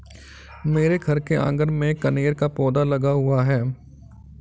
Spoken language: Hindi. मेरे घर के आँगन में कनेर का पौधा लगा हुआ है